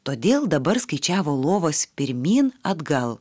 todėl dabar skaičiavo lovas pirmyn atgal